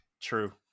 True